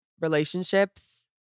relationships